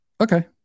Okay